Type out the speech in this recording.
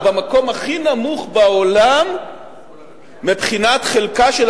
או במקום הכי נמוך בעולם מבחינת חלקם של